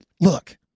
Look